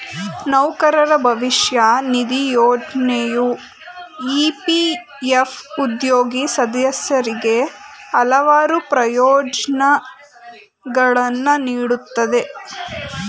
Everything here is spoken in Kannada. ನೌಕರರ ಭವಿಷ್ಯ ನಿಧಿ ಯೋಜ್ನೆಯು ಇ.ಪಿ.ಎಫ್ ಉದ್ಯೋಗಿ ಸದಸ್ಯರಿಗೆ ಹಲವಾರು ಪ್ರಯೋಜ್ನಗಳನ್ನ ನೀಡುತ್ತೆ